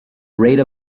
rate